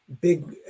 big